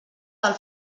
del